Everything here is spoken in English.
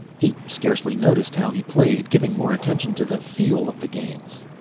he scarcely noticed how he played, giving more attention to the feel of the games.